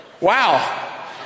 wow